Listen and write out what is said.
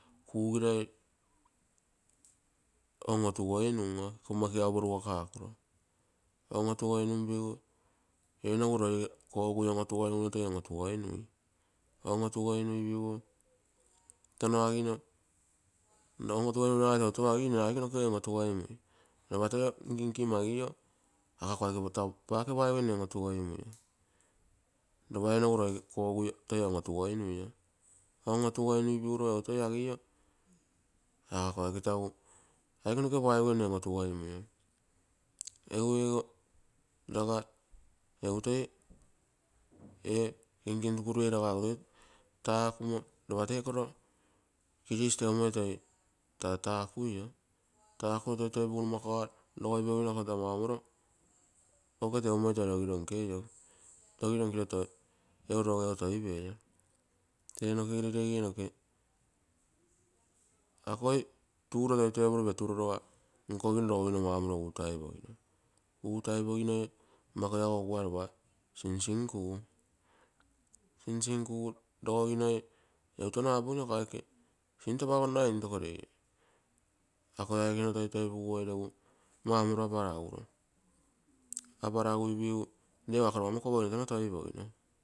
Kugirai on otugoinun oo, pogomma kiau porugakuro, on otugoinuo, enogu roi kooguro toi on otugoinunoo, on, otugoinuigu tontono agio nne aike nokege on otugoimui. Lopa toi nkinkimo agio, aga! Ako aike pake paigue nne on otugoimui lopa ee nogu loi kogui toi agio aga! "Ako aike tagu aike paigue nne on otugoimui." Egu ego laga, kinkin rukurue ee laga egu toi taakumo tee koro grease teumoi toitatakuio, takumo toitoipugu, numakuga rogoipeguine, ako taa maumoro oke teumoi toi rogiro nkeio, rogiro nkiro egu rogego nkiro toipeio. Tee nokegere rege noke akoi tuuro peturoi nkogino rogogino regego utaipogino maumouto. Utaipoginoi, utaipoginoi mako lago oguai lopa sinsinkugu, sinsinkugu rogoginoi egu tono apogino iko aike sinto aponnai intoko rei. Akoi aike nno toitoipuguoi regu nno kuago aparaguro. Aparagui pigu rego ako lopa mokopogino tono toipogino.